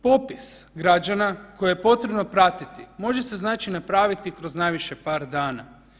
Popis građana koje je potrebno pratiti može se napraviti kroz najviše par dana.